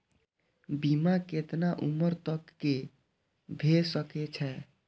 बीमा केतना उम्र तक के भे सके छै?